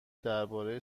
درباره